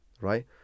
right